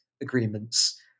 agreements